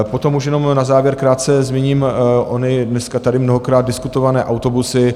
Potom už jenom na závěr krátce zmíním ony dneska tady mnohokrát diskutované autobusy.